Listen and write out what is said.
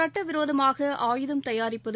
சுட்டவிரோதமாக ஆயுதம் தயாரிப்பது